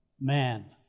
man